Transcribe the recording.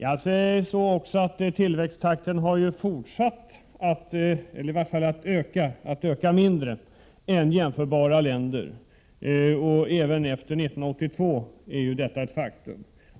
ARENOR Tillväxttakten har sedan fortsatt att, om inte minska så i varje fall öka Inkomstbeskattning mindre än i jämförbara länder. Det är ett faktum även för tiden efter 1982.